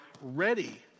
ready